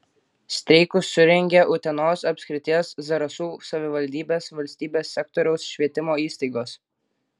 streikus surengė utenos apskrities zarasų savivaldybės valstybės sektoriaus švietimo įstaigos